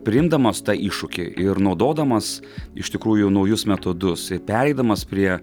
priimdamas tą iššūkį ir naudodamas iš tikrųjų naujus metodus ir pereidamas prie